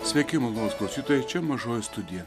sveiki malonūs klausytojai čia mažoji studija